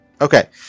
Okay